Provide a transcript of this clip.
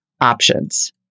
options